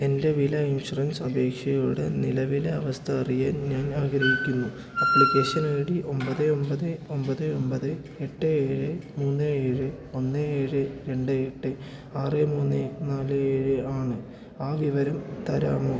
എൻ്റെ വില ഇൻഷുറൻസ് അപേക്ഷയുടെ നിലവിലെ അവസ്ഥ അറിയാൻ ഞാൻ ആഗ്രഹിക്കുന്നു അപ്ലിക്കേഷൻ ഐ ഡി ഒമ്പത് ഒമ്പത് ഒമ്പത് ഒമ്പത് എട്ട് ഏഴ് മൂന്ന് ഏഴ് ഒന്ന് ഏഴ് രണ്ട് എട്ട് ആറ് മൂന്ന് നാല് ഏഴ് ആണ് ആ വിവരം തരാമോ